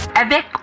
Avec